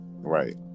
right